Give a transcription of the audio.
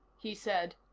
he said.